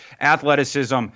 athleticism